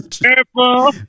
purple